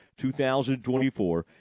2024